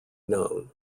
known